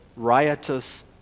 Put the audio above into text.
riotous